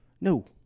No